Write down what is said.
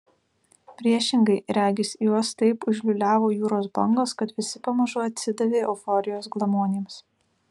priešingai regis juos taip užliūliavo jūros bangos kad visi pamažu atsidavė euforijos glamonėms